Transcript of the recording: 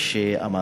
שאמרת.